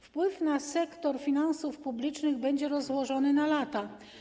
Wpływ na sektor finansów publicznych będzie rozłożony na lata.